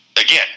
again